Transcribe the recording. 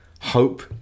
Hope